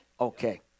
Okay